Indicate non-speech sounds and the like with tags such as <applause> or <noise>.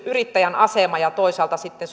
<unintelligible> yrittäjän asemaa ja toisaalta sitten <unintelligible>